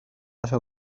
عشر